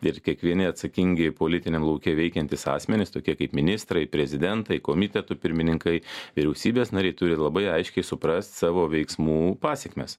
ir kiekvieni atsakingi politiniam lauke veikiantys asmenys tokie kaip ministrai prezidentai komitetų pirmininkai vyriausybės nariai turi labai aiškiai suprast savo veiksmų pasekmes